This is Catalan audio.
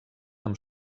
amb